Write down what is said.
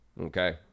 okay